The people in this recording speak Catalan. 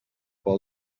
por